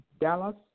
Dallas